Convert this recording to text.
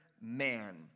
man